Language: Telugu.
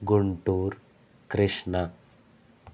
గుంటూరు కృష్ణా